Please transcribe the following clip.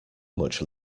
much